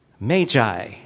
Magi